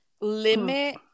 limit